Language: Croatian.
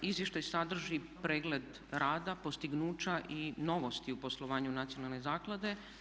Izvještaj sadrži pregled rada, postignuća i novosti u poslovanju nacionalne zaklade.